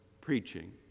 preaching